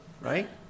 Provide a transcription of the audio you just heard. right